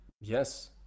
yes